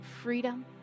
freedom